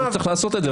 צריך לעשות את זה.